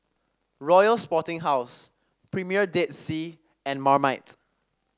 Royal Sporting House Premier Dead Sea and Marmite